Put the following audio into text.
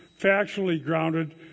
factually-grounded